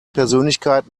persönlichkeit